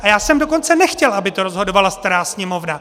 A já jsem dokonce nechtěl, aby to rozhodovala stará Sněmovna.